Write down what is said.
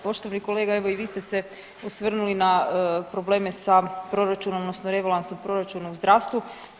Poštovani kolega evo i vi ste se osvrnuli na probleme sa proračunom odnosno rebalansom proračuna u zdravstvu.